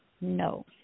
No